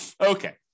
Okay